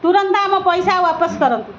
ତୁରନ୍ତ ମୋ ପଇସା ବାପସ କରନ୍ତୁ